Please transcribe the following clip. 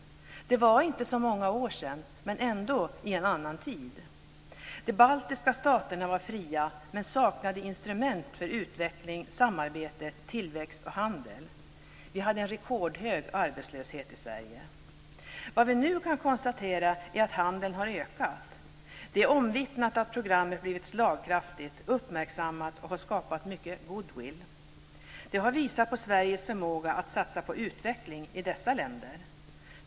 Det är inte så många år sedan, men det var ändå i en annan tid. De baltiska staterna var fria men saknade instrument för utveckling, samarbete, tillväxt och handel. Vi hade en rekordhög arbetslöshet i Sverige. Vi kan nu konstatera är att handeln har ökat. Det är omvittnat att programmet har blivit slagkraftigt och uppmärksammat och att det har skapat mycken goodwill. Det har visat på Sveriges förmåga att satsa på utveckling i dessa länder.